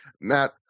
Matt